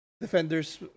Defender's